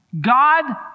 God